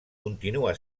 continua